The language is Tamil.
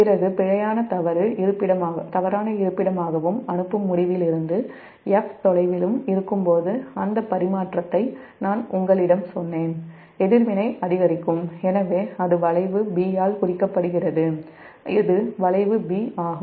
பிறகு பிழையானது தவறான இருப்பிடமாகவும் அனுப்பும் முடிவிலிருந்து 'F' தொலைவிலும் இருக்கும்போது அந்த பரிமாற்றத்தை நான் உங்களிடம் சொன்னேன் எதிர்வினை அதிகரிக்கும் எனவே இது வளைவு B ஆல் குறிக்கப்படுகிறது இது வளைவு B ஆகும்